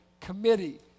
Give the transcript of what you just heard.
committee